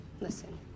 Listen